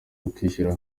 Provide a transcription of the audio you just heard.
ukwishyira